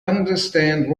understand